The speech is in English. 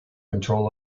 control